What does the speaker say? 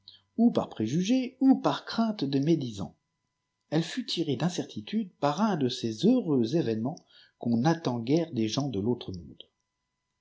ou par préjugé ou par crainte de médisant elle fut tirée d'incertitude par un de ces ieureux événement u'n attend guère des gens de rauh e onde